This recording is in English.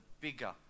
bigger